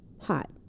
Hot